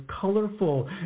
colorful